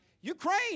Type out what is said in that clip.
Ukraine